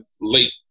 late